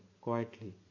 quietly